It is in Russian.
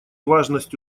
важность